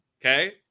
okay